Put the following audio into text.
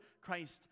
Christ